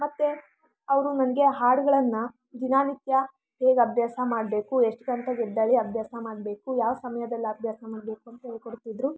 ಮತ್ತೆ ಅವರು ನನಗೆ ಹಾಡುಗಳನ್ನು ದಿನನಿತ್ಯ ಹೇಗೆ ಅಭ್ಯಾಸ ಮಾಡಬೇಕು ಎಷ್ಟು ಗಂಟೆಗೆ ಎದ್ದೇಳಿ ಅಭ್ಯಾಸ ಮಾಡಬೇಕು ಯಾವ ಸಮಯದಲ್ಲಿ ಅಭ್ಯಾಸ ಮಾಡಬೇಕು ಅಂತ ಹೇಳ್ಕೊಡ್ತಿದ್ರು